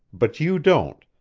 but you don't,